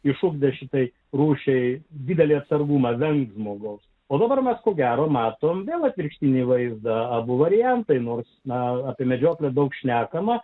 išugdė šitai rūšiai didelį atsargumą bei žmogaus o dabar mes ko gero matome atvirkštinį vaizdą abu variantai nors na apie medžioklę daug šnekama